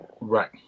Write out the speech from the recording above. Right